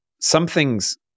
something's